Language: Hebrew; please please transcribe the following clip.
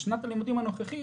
בשנת הלימודים הנוכחית